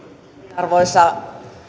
arvoisa